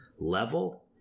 level